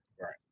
Right